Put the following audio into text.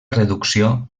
reducció